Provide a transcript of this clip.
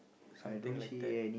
something like that